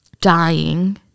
dying